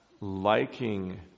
liking